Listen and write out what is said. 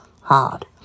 hard